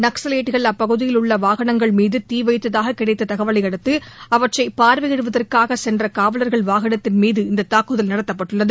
நக்ஸலைட்கள் அப்பகுதியில் உள்ள வாகனங்கள் மீது தீ வைப்பதாக கிடைத்த தகவலை அடுத்து அவற்றை பார்வையிடுவதற்காக சென்ற காவலர்கள் வாகனத்தின் மீது இந்த தாக்குதல் நடத்தப்பட்டுள்ளது